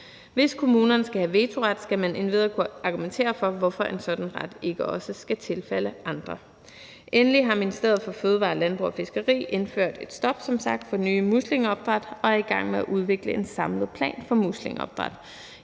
Hvis kommunerne skal have vetoret, skal man endvidere kunne argumentere for, hvorfor en sådan ret ikke også skal tilfalde andre. Endelig har Ministeriet for Fødevarer, Landbrug og Fiskeri som sagt indført et stop for nye muslingeopdræt og er i gang med at udvikle en samlet plan for muslingeopdræt.